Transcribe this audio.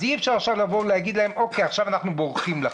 אז אי אפשר עכשיו להגיד להם עכשיו אנחנו בורחים לכם.